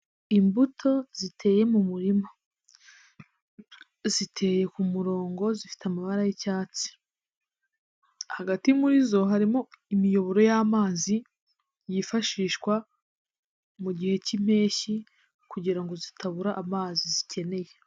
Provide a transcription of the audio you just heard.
Imbuto ziteye mu murima, ziteye ku murongo zifite amabara y'icyatsi, hagati muri zo harimo imiyoboro y'amazi yifashishwa mu gihe cy'impeshyi kugira ngo zitabura amazi zikeneye.